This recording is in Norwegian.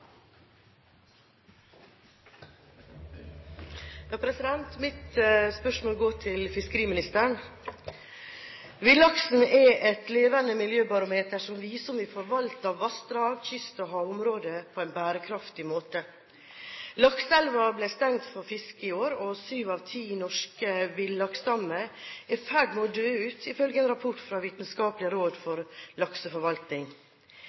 Mitt spørsmål går til fiskeriministeren. Villaksen er et levende miljøbarometer, som viser om vi forvalter vassdrag, kyst- og havområder på en bærekraftig måte. Lakseelver ble stengt for fiske i år, og syv av ti norske villaksstammer er i ferd med å dø ut, ifølge en rapport fra Vitenskapelig råd